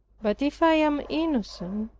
but if i am innocent,